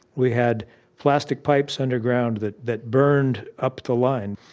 we had plastic pipes underground that that burned up the line.